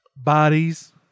Bodies